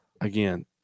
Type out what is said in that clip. Again